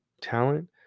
talent